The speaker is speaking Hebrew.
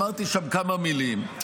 אמרתי שם כמה מילים.